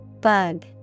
Bug